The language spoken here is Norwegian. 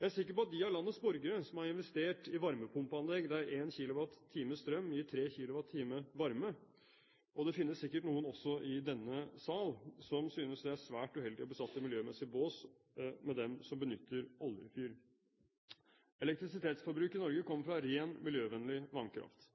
Jeg er sikker på at de av landets borgere som har investert i varmepumpeanlegg der 1 kWh strøm gir 3 kWh varme – og det finnes sikkert noen også i denne sal – synes det er svært uheldig å bli satt i miljømessig bås med dem som benytter oljefyr. Elektrisitetsforbruk i Norge kommer fra ren og miljøvennlig vannkraft.